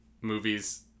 movies